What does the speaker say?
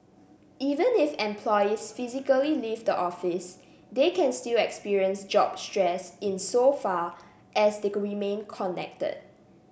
even if employees physically leave the office they can still experience job stress insofar as they remain connected